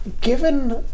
given